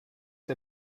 der